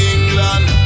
England